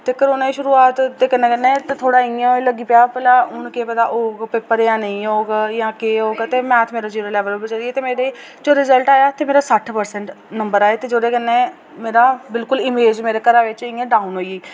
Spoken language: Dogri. ते कोरोना दी शुरूआत कन्नै कन्नै ते थोह्ड़ा इ'यां लग्गन लग्गी पेआ की भला हून केह् पता ओह् पेपर होग जां नेईं होग जां केह् होग ते मेरा मैथ मेरा जीरो लेवल उप्पर चली गेआ ते जोल्लै रिजल्ट आया ते सट्ठ परसेंट नंबर आये ते जोह्दे कन्नै मेरा बिलकुल इमेज मेरे घरा च इ'यां डाउन होई गेई